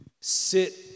sit